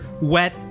wet